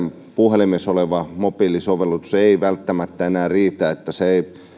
puhelimessa oleva mobiilisovellus ei välttämättä enää riitä se